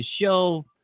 Show